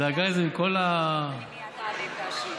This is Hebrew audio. היא דאגה לזה, אני מייד אעלה ואשיב.